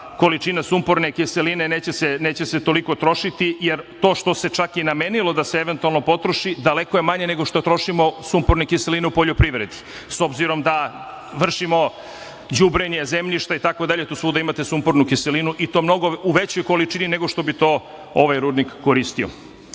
količina sumporne kiseline neće se toliko trošiti, jer to što se čak i namenilo da se eventualno potroši daleko je manje nešto što trošimo sumporne kiseline u poljoprivredi, s obzirom da vršimo đubrenje zemljišta itd. Tu svuda imate sumpornu kiselinu i to u mnogo većoj količini nego što bi to ovaj rudnik koristio.